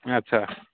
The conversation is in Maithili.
अच्छा